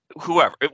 whoever